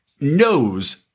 knows